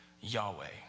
Yahweh